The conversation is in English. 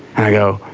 i go,